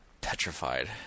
petrified